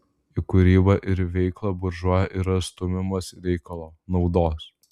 į kūrybą ir veiklą buržua yra stumiamas reikalo naudos